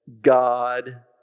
God